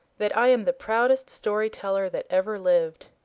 that i am the proudest story-teller that ever lived.